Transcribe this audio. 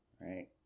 Right